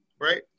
right